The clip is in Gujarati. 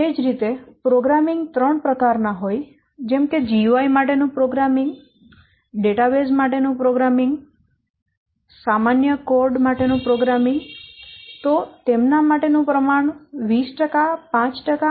તે જ રીતે પ્રોગ્રામીંગ ત્રણ પ્રકાર ના હોય જેમ કે GUI માટે નું પ્રોગ્રામીંગ ડેટાબેઝ માટેનું પ્રોગ્રામીંગ સામાન્ય કોડ માટેનું પ્રોગ્રામીંગ તો તેમના માટે નું પ્રમાણ 20 5 અને 5 છે